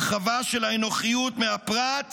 הרחבה של האנוכיות מהפרט